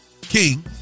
King